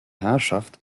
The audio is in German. herrschaft